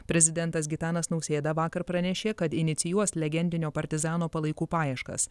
prezidentas gitanas nausėda vakar pranešė kad inicijuos legendinio partizano palaikų paieškas